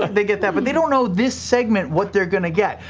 ah they get that. but they don't know this segment what they're going to get.